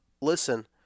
Listen